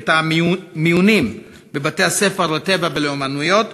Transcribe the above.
את המיונים בבתי-הספר לטבע ולאמנויות,